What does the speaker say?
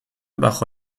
bajo